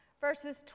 verses